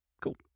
Cool